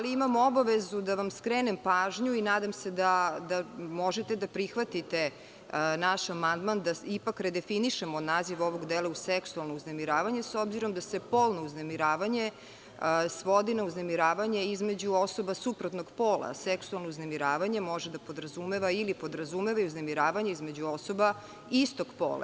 Imam obavezu da vam skrenem pažnju i nadam se da možete da prihvatite naš amandman da ipak redefinišemo naziv ovog dela u seksualno uznemiravanje s obzirom da se polno uznemiravanje svodi na uznemiravanje između osoba suprotnog pola, a seksualno uznemiravanje može da podrazumeva ili podrazumeva uznemiravanje između osoba i istog pola.